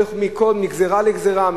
מגזירה לגזירה,